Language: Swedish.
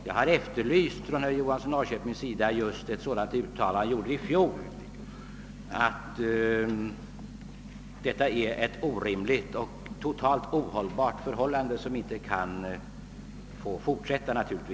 Jag har redan i fjol efterlyst just ett sådant uttalande, att detta är ett orimligt, totalt ohållbart förhållande som naturligtvis inte kan få fortgå.